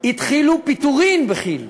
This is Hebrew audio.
התחילו פיטורים בכי"ל.